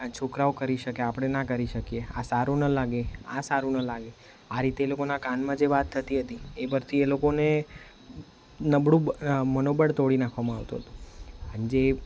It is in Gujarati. આ છોકરાઓ કરી શકે આપણે ન કરી શકીએ આ સારું ન લાગે આ સારું ન લાગે આ રીતે એ લોકોના કાનમાં જે વાત થતી હતી એ પરથી એ લોકોને નબળું મનોબળ તોડી નાખવામાં આવતું હતું જે